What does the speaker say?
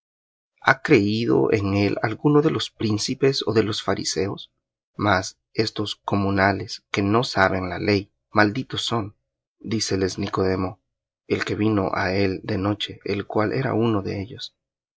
ha creído en él alguno de los príncipes ó de los fariseos mas estos comunales que no saben la ley malditos son díceles nicodemo el que vino á él de noche el cual era uno de ellos